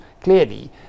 clearly